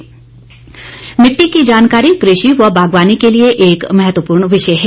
मुदा कार्ड मिट्टी की जानकारी कृषि व बागवानी के लिए एक महत्वपूर्ण विषय है